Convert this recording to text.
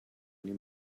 new